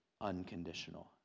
unconditional